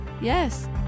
Yes